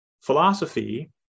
philosophy